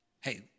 Hey